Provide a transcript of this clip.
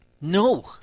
No